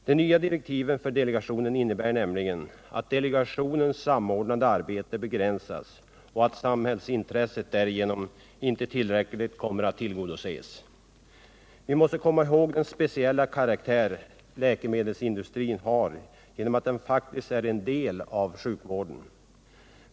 De nya direktiven för delegationen innebär nämligen att dess samordnande arbete begränsas och att samhällsintresset därigenom inte kommer att tillgodoses i tillräcklig utsträckning. Vi måste i detta sammanhang beakta den speciella karaktär som läkemedelsindustrin har genom att den faktiskt är en del av sjukvården.